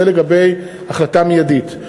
זה לגבי החלטה מיידית.